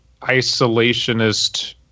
Isolationist